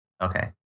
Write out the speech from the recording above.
Okay